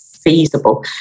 feasible